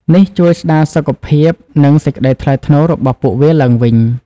នេះជួយស្តារសុខភាព និងសេចក្ដីថ្លៃថ្នូររបស់ពួកវាឡើងវិញ។